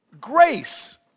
grace